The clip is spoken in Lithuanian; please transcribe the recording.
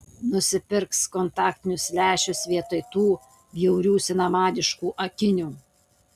nusipirks kontaktinius lęšius vietoj tų bjaurių senamadiškų akinių